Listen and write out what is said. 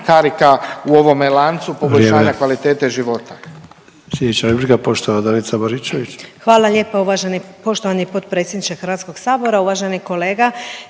karika u ovome lancu poboljšanja kvalitete života.